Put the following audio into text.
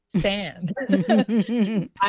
sand